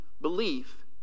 belief